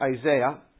Isaiah